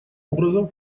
образом